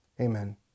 Amen